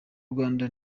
rwanda